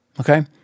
Okay